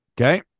Okay